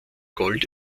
gold